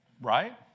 Right